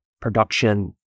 production